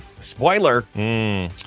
Spoiler